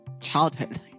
childhood